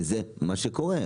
וזה מה שקורה.